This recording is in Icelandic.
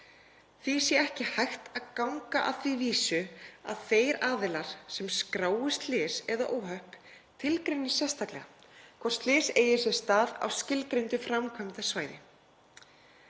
Því sé ekki hægt að ganga að því vísu að þeir aðilar sem skrái slys eða óhöpp tilgreini sérstaklega hvort slys eigi sér stað á skilgreindu framkvæmdasvæði.